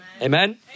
Amen